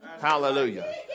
Hallelujah